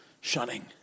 shunning